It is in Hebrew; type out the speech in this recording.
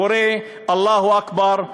קורא "אללהו אכבר",